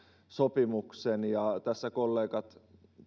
sopimuksen tässä kollegat